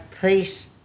peace